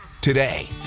today